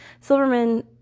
Silverman